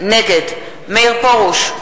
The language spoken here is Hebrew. נגד מאיר פרוש,